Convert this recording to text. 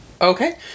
Okay